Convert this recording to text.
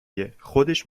گه، خودش